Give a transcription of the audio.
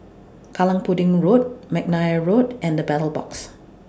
Kallang Pudding Road Mcnair Road and The Battle Box